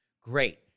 great